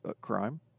crime